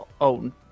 own